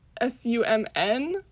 S-U-M-N